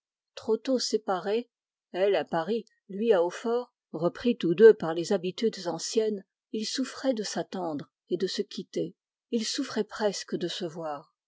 trop tôt séparés elle à paris lui à hautfort repris tous deux par les habitudes anciennes augustin et fanny souffraient de s'attendre et de se quitter ils souffraient presque de se voir